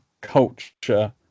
Culture